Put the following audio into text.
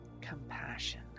Compassion